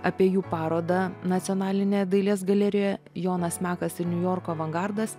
apie jų parodą nacionalinėje dailės galerijoje jonas mekas ir niujorko avangardas